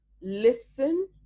listen